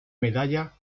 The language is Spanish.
medalla